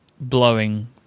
blowing